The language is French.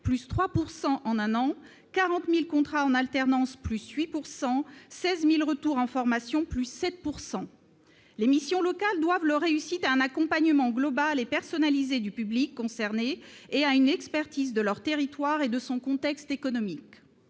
de 3 % sur un an-, 40 000 contrats en alternance-en augmentation de 8 % sur un an-et 16 000 retours en formation-en hausse de 7 %. Les missions locales doivent leur réussite à un accompagnement global et personnalisé du public concerné et à une expertise de leur territoire et de son contexte économique.